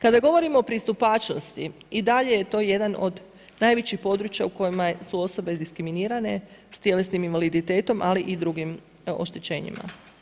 Kada govorimo o pristupačnosti i dalje je to jedan od najvećih područja u kojima su osobe diskriminirane s tjelesnim invaliditetom, ali i drugim oštećenjima.